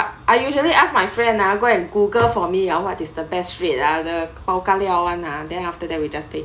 I usually ask my friend ah go and google for me ah what is the best rate ah the bao ka liao one ah then after that we just pay